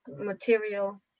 Material